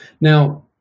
Now